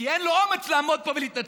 כי אין לו אומץ לעמוד פה ולהתנצל,